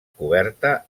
coberta